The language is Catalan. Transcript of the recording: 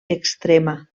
extrema